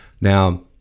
Now